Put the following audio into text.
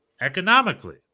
economically